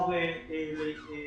באלה.